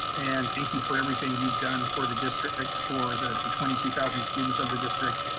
and thank you for everything you've done for the district, for the the twenty two thousand students of the district.